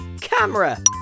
Camera